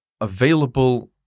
available